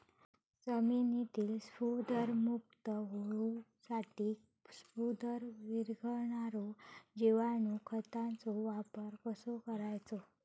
जमिनीतील स्फुदरमुक्त होऊसाठीक स्फुदर वीरघळनारो जिवाणू खताचो वापर कसो करायचो?